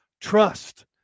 Trust